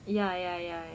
ya ya ya ya